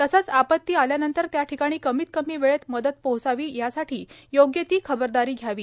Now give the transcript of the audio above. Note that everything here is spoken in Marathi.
तसंच आपत्ती आल्यानंतर त्या ठिकाणी कमीत कमी वेळेत मदत पोहचावी यासाठी योग्य ती खबरदारी घ्यावी